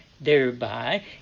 thereby